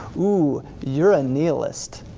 ooh, you're a nihilist,